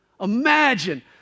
Imagine